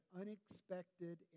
unexpected